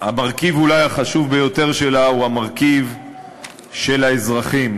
המרכיב החשוב ביותר שלה אולי הוא המרכיב של האזרחים,